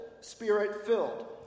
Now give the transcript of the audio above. Spirit-filled